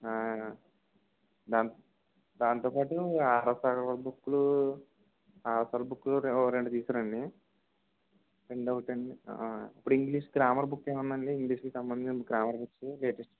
దాంతోపాటు బుక్కులు ఒక రెండు తీసుకురండి ఇంకొకటండి ఇప్పుడు ఇంగ్లీష్ గ్రామర్ బుక్ ఉందా అండి ఇంగ్లీష్కి సంబంధించిన గ్రామర్ బుక్స్ లేటెస్ట్